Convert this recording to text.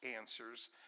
answers